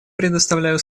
предоставляю